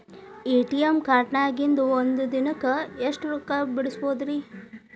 ATM ಕಾರ್ಡ್ನ್ಯಾಗಿನ್ದ್ ಒಂದ್ ದಿನಕ್ಕ್ ಎಷ್ಟ ರೊಕ್ಕಾ ತೆಗಸ್ಬೋದ್ರಿ?